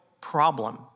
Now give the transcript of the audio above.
problem